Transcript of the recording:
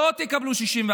לא תקבלו 61,